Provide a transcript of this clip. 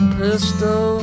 pistol